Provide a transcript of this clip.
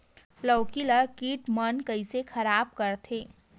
लौकी ला कीट मन कइसे खराब करथे?